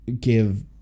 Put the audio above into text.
give